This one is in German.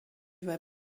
bei